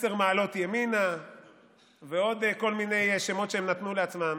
10 מעלות ימינה ועוד כל מיני שמות שהם נתנו לעצמם,